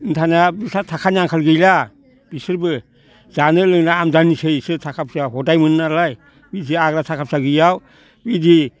दानिया थाखानि आंखाल गैलिया बिसोरबो जानाय लोंनाय आमदानिसै बिसोरो थाखा फैसा हदाय मोनो नालाय बिदि आगोलो थाखा फैसा गैयियाव बिदि